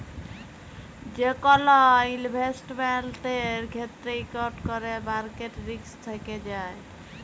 যে কল ইলভেসেটমেল্টের ক্ষেত্রে ইকট ক্যরে মার্কেট রিস্ক থ্যাকে যায়